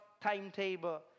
timetable